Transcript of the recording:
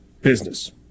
business